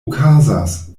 okazas